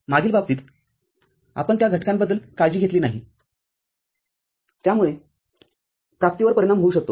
मागील बाबतीत आपण त्या घटकांबद्दल काळजी घेतली नाही ज्यामुळे प्राप्तीवर परिणाम होऊ शकतो